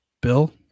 Bill